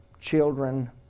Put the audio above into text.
children